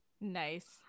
Nice